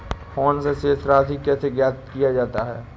Phone से शेष राशि कैसे ज्ञात किया जाता है?